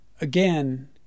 Again